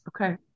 Okay